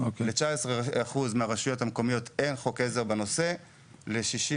ל-19% אין חוק עזר בנושא,